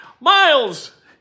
Miles